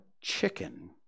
chicken